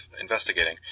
investigating